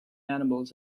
animals